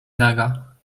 naga